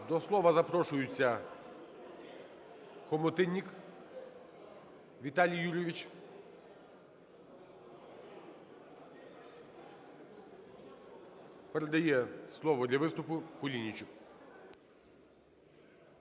До слова запрошується Хомутиннік Віталій Юрійович. Передає слово для виступу Кулінічу.